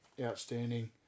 outstanding